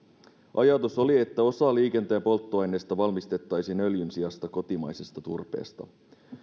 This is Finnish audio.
ajatus oli että osa liikenteen polttoaineesta valmistettaisiin öljyn sijasta kotimaisesta turpeesta